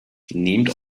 nehmt